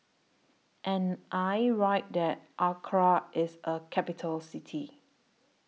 Am I Right that Accra IS A Capital City